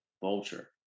vulture